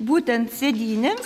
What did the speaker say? būtent sėdynėms